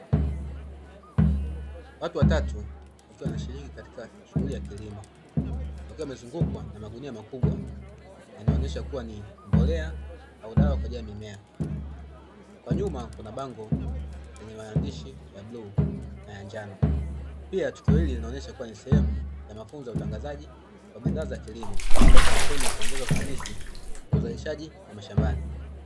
Watu watatu wakiwa wanashiriki katika shughuli ya kilimo wakiwa wamezungukwa na magunia makubwa, yanonyesha yakiwa ni mbolea au dawa kwa ajili ya mimea. Kwa nyuma kuna bango lenye maandishi ya bluu na ya njano. pia tukio hili linaonesha kuwa ni sehemu ya mafunzo ya utangazaji wa bidhaa za kilimo au kampeni ya kuongeza ufanisi kwa uzalishaji wa mashambani.